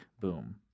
boom